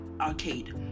arcade